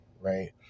right